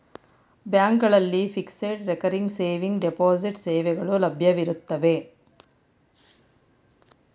ಬ್ಯಾಂಕ್ಗಳಲ್ಲಿ fixed, recurring saving, deposit ಸೇವೆಗಳು ಲಭ್ಯವಿರುತ್ತವೆ